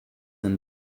and